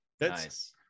Nice